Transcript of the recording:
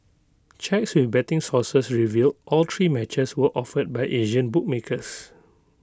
checks with betting sources revealed all three matches were offered by Asian bookmakers